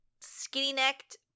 skinny-necked